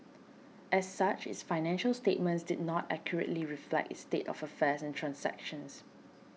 as such its financial statements did not accurately reflect its state of affairs and transactions